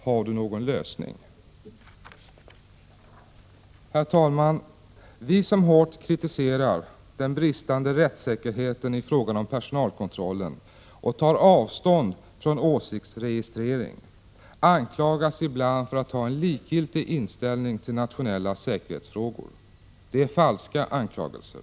Har du någon lösning?” Herr talman! Vi som hårt kritiserar den bristande rättssäkerheten i fråga om personalkontrollen och tar avstånd från åsiktsregistrering anklagas ibland för att ha en likgiltig inställning till nationella säkerhetsfrågor. Det är falska anklagelser.